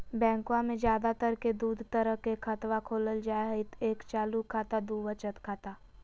बैंकवा मे ज्यादा तर के दूध तरह के खातवा खोलल जाय हई एक चालू खाता दू वचत खाता